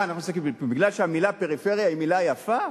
מה, בגלל שהמלה "פריפריה" היא מלה יפה?